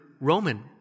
Roman